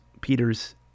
Peter's